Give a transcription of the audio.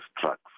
trucks